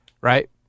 right